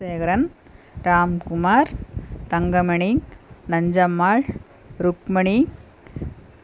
Gunasekaran Ramkumar Thangamani Nanjammal Rukmani